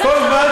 שרוצות להתגייס.